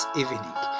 evening